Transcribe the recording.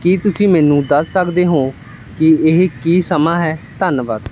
ਕੀ ਤੁਸੀਂ ਮੈਨੂੰ ਦੱਸ ਸਕਦੇ ਹੋ ਕਿ ਇਹ ਕੀ ਸਮਾਂ ਹੈ ਧੰਨਵਾਦ